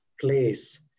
place